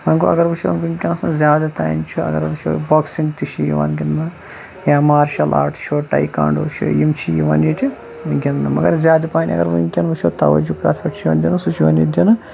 وۄنۍ گوٚو اگر وٕچھو وٕنکیٚنَس وۄنۍ زیادٕ ٹایِم چھُ اگر وٕچھو بۄکسِنٛگ تہِ چھِ یِوان گِنٛدنہٕ یا مارشیل آٹ چھُ تایِکانٛڈوٗ چھِ یِم چھِ یِوان ییٚتہِ گِنٛدنہٕ مگر زیادٕ پَہَنۍ اگر ونکیٚن وٕچھو زیادٕ تَوَجوٗ کَتھ پٮ۪ٹھ چھُ یِوان دِنہٕ سُہ چھُ یِوان ییٚتہِ دِنہٕ